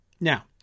Now